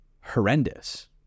horrendous